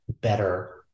better